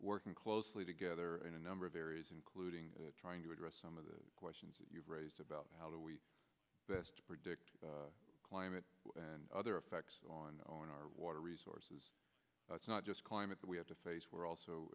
working closely together in a number of areas including trying to address some of the questions that you've raised about how do we best predict climate and other effects on on our water resources it's not just climate that we have to face we're